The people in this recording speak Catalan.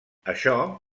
això